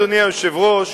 אדוני היושב-ראש,